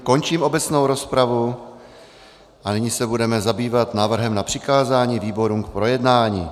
Končím obecnou rozpravu a nyní se budeme zabývat návrhem na přikázání výborům k projednání.